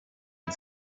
and